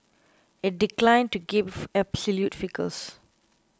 it declined to give absolute figures